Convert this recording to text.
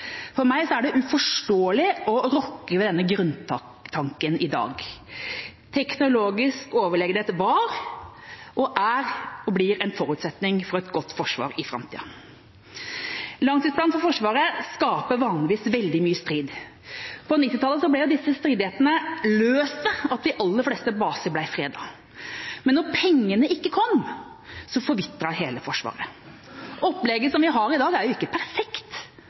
For meg er det uforståelig å rokke ved denne grunntanken i dag. Teknologisk overlegenhet var, er og blir en forutsetning for et godt forsvar i framtida. Langtidsplanen for Forsvaret skaper vanligvis veldig mye strid. På 1990-tallet ble disse stridighetene løst ved at de aller fleste baser ble fredet, men når pengene ikke kom, forvitret hele Forsvaret. Opplegget vi har i dag, er jo ikke perfekt.